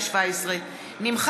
יוסי יונה